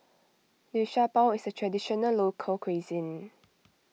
Liu Sha Bao is a Traditional Local Cuisine